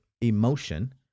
emotion